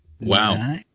Wow